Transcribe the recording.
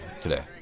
today